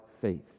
faith